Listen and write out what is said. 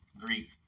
Greek